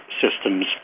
systems